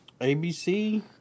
ABC